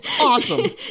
Awesome